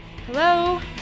Hello